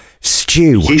Stew